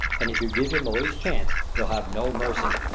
and if you give him the least chance he'll have no mercy.